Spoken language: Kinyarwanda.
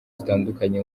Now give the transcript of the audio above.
zitandukanye